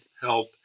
help